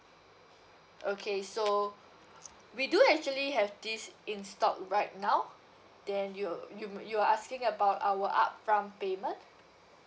okay so we do actually have this in stock right now then you you you're asking about our upfront payment